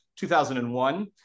2001